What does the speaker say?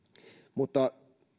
mutta